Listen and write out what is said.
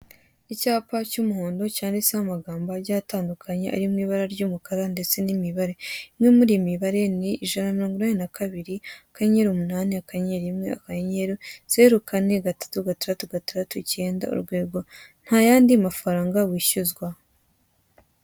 Icyapa cy'umuhondo cyanditseho amagabo agiye atandukanye ari mu ibara ry'umukara ndetse n'imibare. Imwe muri iyo mibare ni ijana na mirongo inani na kabiri akanyemyeri umunani akanyenyeri rimwe akanyenyeri zeru kane gatatu gatandatu gatandatu ikenda urwego nta yandi mafaranga wishyuzwa.